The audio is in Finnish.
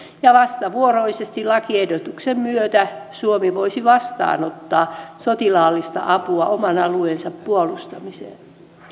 ja vastavuoroisesti lakiehdotuksen myötä suomi voisi vastaanottaa sotilaallista apua oman alueensa puolustamiseen